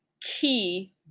key